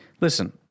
Listen